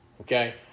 Okay